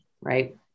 Right